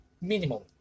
minimum